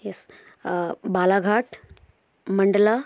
yes Balaghat Mandla